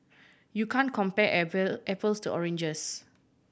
you can't compare apple apples to oranges